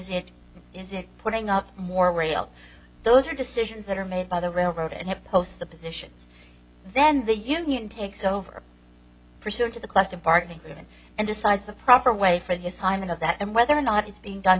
it is it putting up more rail those are decisions that are made by the railroad and it posts the positions then the union takes over pursuant to the collective bargaining agreement and decides the proper way for his timing of that and whether or not it's being done